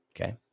Okay